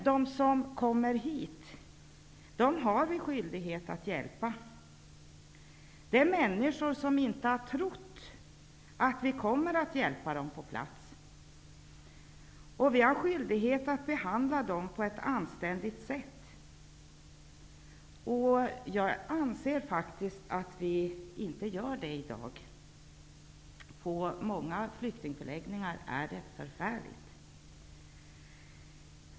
De som kommer hit har vi skyldighet att hjälpa. Det är människor som inte har trott att vi skall hjälpa dem på plats. Vi har skyldighet att be handla dem på ett anständigt sätt. Jag anser att vi inte gör det i dag. På många flyktingförläggningar är situationen förfärlig.